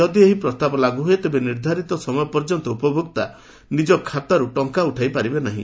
ଯଦି ଏହି ପ୍ରସ୍ତାବ ଲାଗୁ ହୁଏ ତେବେ ନିର୍ଦ୍ଧାରିତ ସମୟ ପର୍ଯ୍ୟନ୍ତ ଉପଭୋକ୍ତା ନିକ ଖାତାରୁ ଟଙ୍କା ଉଠାଇ ପାରିବେ ନାହି